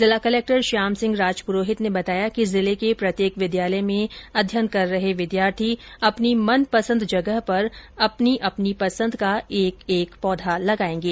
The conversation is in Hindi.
जिला कलक्टर श्यामसिंह राजपुरोहित ने बताया कि जिले के प्रत्येक विद्यालय में अध्ययनरत विद्यार्थी अपनी मनपसन्द जगह पर अपनी पसन्द का एक एक पौधा लगाएंगे